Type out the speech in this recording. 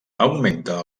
augmenta